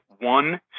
one